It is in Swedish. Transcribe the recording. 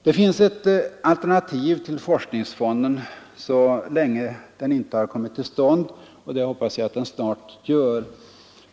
Det finns ett alternativ till forskningsfonden så länge den inte har kommit till stånd — vilket jag hoppas att den snart gör.